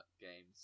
games